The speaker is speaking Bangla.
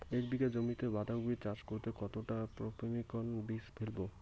এক বিঘা জমিতে বাধাকপি চাষ করতে কতটা পপ্রীমকন বীজ ফেলবো?